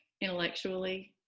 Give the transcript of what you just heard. intellectually